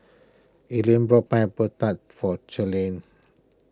Ellie bought Pineapple Tart for Charlene